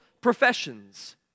professions